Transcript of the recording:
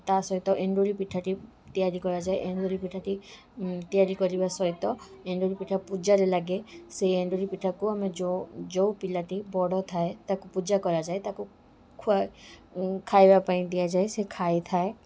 ତା'ସହିତ ଏଣ୍ଡୁରି ପିଠାଟି ତିଆରି କରାଯାଏ ଏଣ୍ଡୁରି ପିଠାଟି ତିଆରି କରିବା ସହିତ ଏଣ୍ଡୁରି ପିଠା ପୂଜାରେ ଲାଗେ ସେହି ଏଣ୍ଡୁରି ପିଠାକୁ ଆମେ ଯୋଉ ପିଲାଟି ବଡ଼ ଥାଏ ତାକୁ ପୂଜା କରାଯାଏ ତାକୁ ଖୁଆ ଖାଇବା ପାଇଁ ଦିଆଯାଏ ସେ ଖାଇଥାଏ